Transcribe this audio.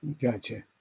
gotcha